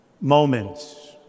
Moments